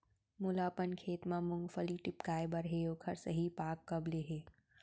मोला अपन खेत म मूंगफली टिपकाय बर हे ओखर सही पाग कब ले हे?